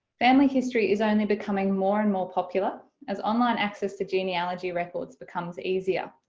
family history is only becoming more and more popular as online access to genealogy records becomes easier.